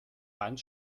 wand